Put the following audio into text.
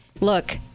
Look